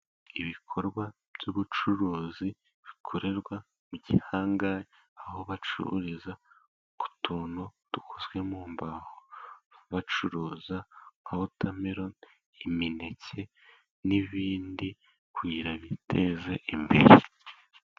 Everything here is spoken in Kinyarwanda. Ibikorwa by'ubucuruzi bikorerwa mu gihangari, aho bacururiza utuntu dukozwe mu mbaho. Bacuruza: wotameroni, imineke, n'ibindi kugira biteze imbere.